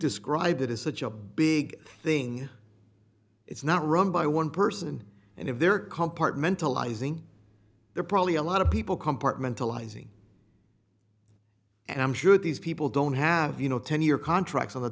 described it is such a big thing it's not run by one person and if they're compartmentalizing they're probably a lot of people compartmentalizing and i'm sure these people don't have you know ten year contracts on the